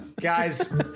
Guys